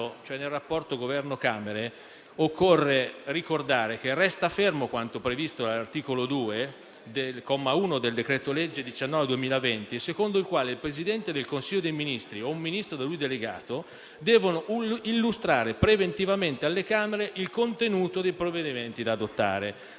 il rapporto tra Governo e Camere, occorre ricordare che resta fermo quanto previsto dall'articolo 2, comma 1, del decreto-legge n. 19 del 2020, secondo il quale il Presidente del Consiglio dei ministri o un Ministro da lui delegato devono illustrare preventivamente alle Camere il contenuto dei provvedimenti da adottare,